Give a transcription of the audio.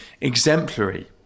exemplary